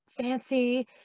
fancy